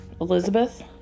elizabeth